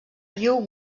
riu